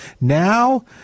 Now